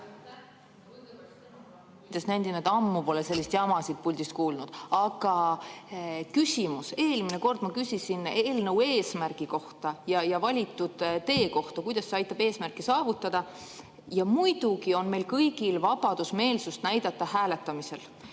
Ma nendin, et ammu pole sellist jama siit puldist kuulnud. Aga küsimus. Eelmine kord ma küsisin eelnõu eesmärgi kohta ja valitud tee kohta, kuidas see aitab eesmärke saavutada. Jah, muidugi on meil kõigil vabadus meelsust näidata hääletamisel,